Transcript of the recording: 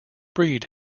breed